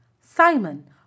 Simon